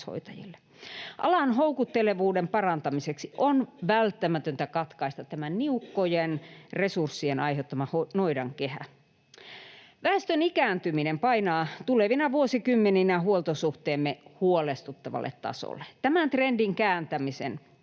Alan houkuttelevuuden parantamiseksi on välttämätöntä katkaista tämä niukkojen resurssien aiheuttama noidankehä. Väestön ikääntyminen painaa tulevina vuosikymmeninä huoltosuhteemme huolestuttavalle tasolle. Tämän trendin kääntämisen tulee